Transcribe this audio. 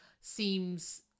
seems